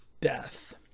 death